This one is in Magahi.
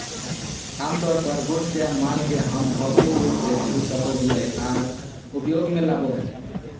आमतौर पर गुड्स या माल के हम भौतिक रूप से छू सको हियै आर उपयोग मे लाबो हय